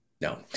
No